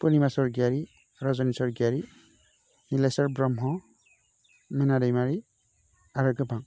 पुरनिमा सरगयारि रज'नि सरगयारि निलेश्वर ब्रह्म मिना दैमारि आरो गोबां